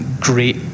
great